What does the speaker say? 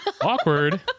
Awkward